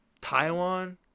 Taiwan